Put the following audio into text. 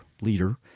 leader